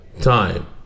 time